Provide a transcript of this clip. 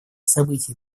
событий